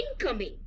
Incoming